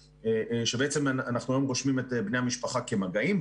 שבעצם אנחנו היום רושמים את בני המשפחה כמגעים.